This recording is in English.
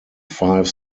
five